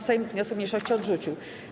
Sejm wniosek mniejszości odrzucił.